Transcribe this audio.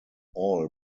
all